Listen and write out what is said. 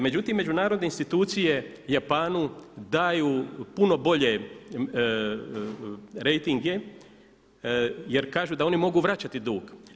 Međutim, međunarodne institucije Japanu daju puno bolje rejtinge jer kažu da oni mogu vraćati dug.